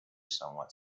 somewhat